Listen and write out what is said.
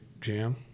jam